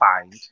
find